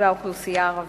באוכלוסייה הערבית.